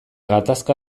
gatazka